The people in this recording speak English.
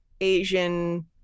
Asian